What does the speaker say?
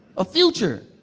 a future.